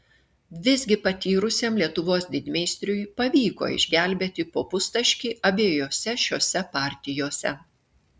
visgi patyrusiam lietuvos didmeistriui pavyko išgelbėti po pustaškį abiejose šiose partijose